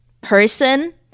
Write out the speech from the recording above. person